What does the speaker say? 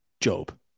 Job